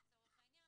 לצורך העניין,